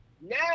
now